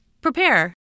prepare